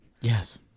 Yes